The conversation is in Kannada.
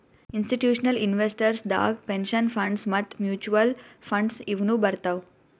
ಇಸ್ಟಿಟ್ಯೂಷನಲ್ ಇನ್ವೆಸ್ಟರ್ಸ್ ದಾಗ್ ಪೆನ್ಷನ್ ಫಂಡ್ಸ್ ಮತ್ತ್ ಮ್ಯೂಚುಅಲ್ ಫಂಡ್ಸ್ ಇವ್ನು ಬರ್ತವ್